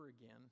again